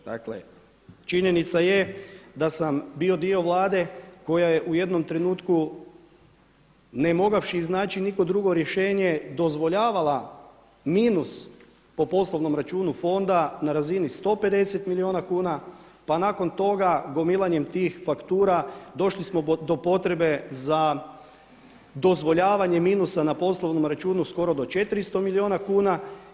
Dakle, činjenica je da sam bio dio Vlade koja je u jednom trenutku ne mogavši iznaći niko drugo rješenje dozvoljavala minus po poslovnom računu fonda na razini 150 milijuna kuna, pa nakon toga gomilanjem tih faktura došli smo do potrebe za dozvoljavanjem minusa na poslovnom računu skoro do 400 milijuna kuna.